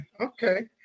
Okay